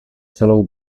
celou